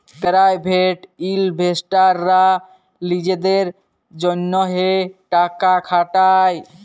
private ইলভেস্টাররা লিজেদের জ্যনহে টাকা খাটায়